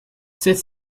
sept